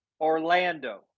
Orlando